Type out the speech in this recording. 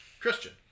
Christian